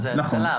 נכון.